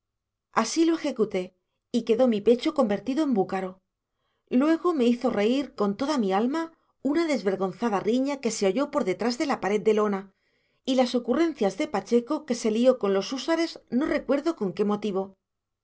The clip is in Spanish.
así lo ejecuté y quedó mi pecho convertido en búcaro luego me hizo reír con toda mi alma una desvergonzada riña que se oyó por detrás de la pared de lona y las ocurrencias de pacheco que se lió con los húsares no recuerdo con qué motivo